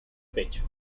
pecho